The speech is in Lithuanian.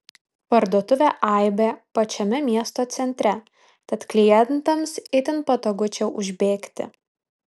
parduotuvė aibė pačiame miesto centre tad klientams itin patogu čia užbėgti